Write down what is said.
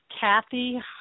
Kathy